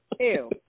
Ew